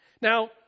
Now